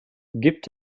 gibt